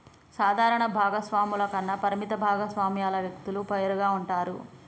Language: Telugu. సాధారణ భాగస్వామ్యాల కన్నా పరిమిత భాగస్వామ్యాల వ్యక్తులు వేరుగా ఉంటారు